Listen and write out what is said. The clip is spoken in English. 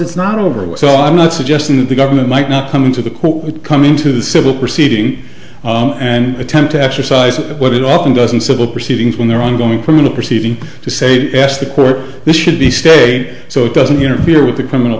it's not over with so i'm not suggesting that the government might not come into the court come into the civil proceeding and attempt to exercise what it often doesn't civil proceedings when they're ongoing criminal proceeding to say yes the court this should be state so it doesn't interfere with the criminal